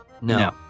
No